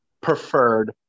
preferred